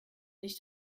nicht